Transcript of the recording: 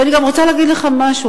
אבל אני גם רוצה להגיד לך משהו,